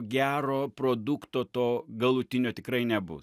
gero produkto to galutinio tikrai nebus